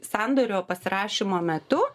sandorio pasirašymo metu